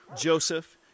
Joseph